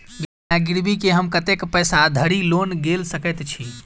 बिना गिरबी केँ हम कतेक पैसा धरि लोन गेल सकैत छी?